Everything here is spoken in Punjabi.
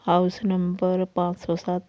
ਹਾਊਸ ਨੰਬਰ ਪੰਜ ਸੌ ਸੱਤ